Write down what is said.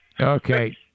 Okay